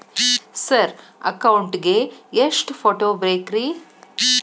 Sir account ಗೇ ಎಷ್ಟು photo ಬೇಕ್ರಿ?